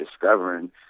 discovering